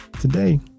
Today